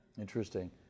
Interesting